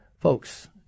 Folks